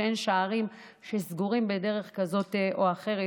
שאין שערים סגורים בדרך כזאת או אחרת,